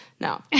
No